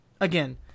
again